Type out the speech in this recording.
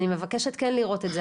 אני מבקשת כן לראות את זה.